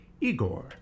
Igor